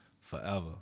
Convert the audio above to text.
forever